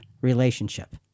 relationship